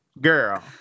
Girl